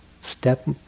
step